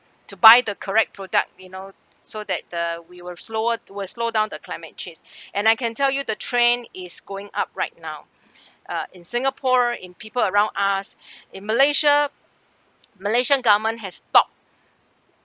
to buy the correct product you know so that we will slower will slow down the climate change and I can tell you the trend is going up right now uh in singapore in people around us in malaysia malaysian government has stopped